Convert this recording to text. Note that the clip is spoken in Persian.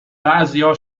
بعضیا